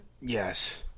Yes